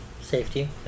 Safety